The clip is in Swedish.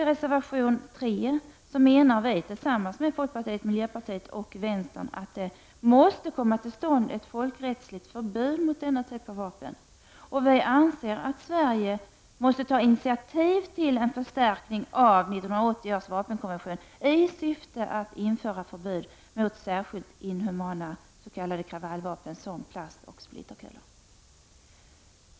I reservation nr 3 menar vi tillsammans med folkpartiet, miljöpartiet och vänsterpartiet att det måste komma till stånd ett folkrättsligt förbud mot denna typ av vapen. Vi anser att Sverige måste ta initiativ till en förstärkning av 1980 års vapenkonvention i syfte att införa förbud mot särskilt inhhumana s.k. kravallvapen såsom plastoch splitterkulor.